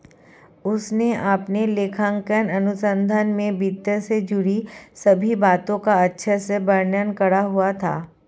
उसने अपने लेखांकन अनुसंधान में वित्त से जुड़ी सभी बातों का अच्छे से वर्णन करा हुआ था